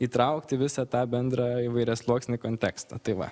įtraukti visą tą bendrą įvairiasluoksnį kontekstą tai va